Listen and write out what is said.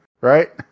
right